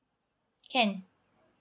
can